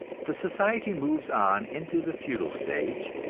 the society moves on into the feudal stage,